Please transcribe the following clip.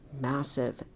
massive